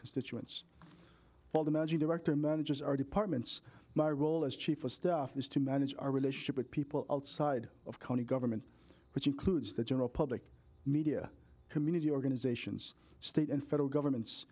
constituents while the managing director manages our departments my role as chief of stuff is to manage our relationship with people outside of county government which includes the general public media community organizations state and federal governments